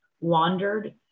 wandered